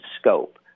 scope